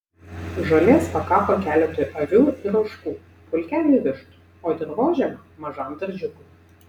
žolės pakako keletui avių ir ožkų pulkeliui vištų o dirvožemio mažam daržiukui